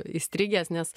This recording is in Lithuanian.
įstrigęs nes